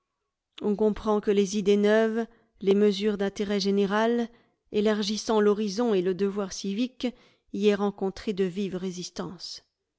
on comprend que les idées neuves les mesures d'intérêt général élargissant l'horizon et le devoir civique y aient rencontré de vives résistances